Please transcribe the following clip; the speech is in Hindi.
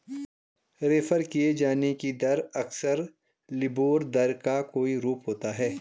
रेफर किये जाने की दर अक्सर लिबोर दर का कोई रूप होता है